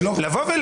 לומר: